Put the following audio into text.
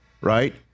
right